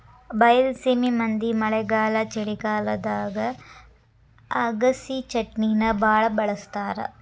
ಬೈಲಸೇಮಿ ಮಂದಿ ಮಳೆಗಾಲ ಚಳಿಗಾಲದಾಗ ಅಗಸಿಚಟ್ನಿನಾ ಬಾಳ ಬಳ್ಸತಾರ